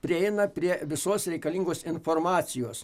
prieina prie visos reikalingos informacijos